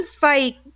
fight